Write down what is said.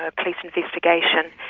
ah police investigations,